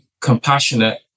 compassionate